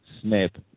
snip